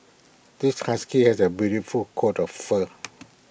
this husky has A beautiful coat of fur